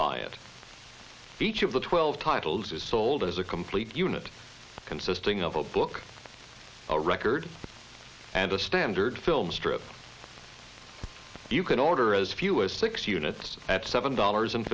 buy it each of the twelve titles is sold as a complete unit consisting of a book a record and a standard filmstrips you can order as few as six units at seven dollars